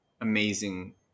amazing